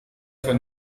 mit